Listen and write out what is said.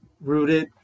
rooted